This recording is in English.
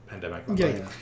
pandemic